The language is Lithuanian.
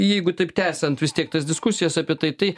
jeigu taip tęsiant vis tiek tas diskusijas apie tai tai